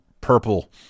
purple